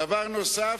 דבר נוסף,